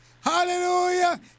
Hallelujah